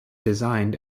designed